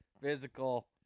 physical